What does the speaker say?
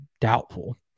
doubtful